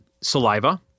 Saliva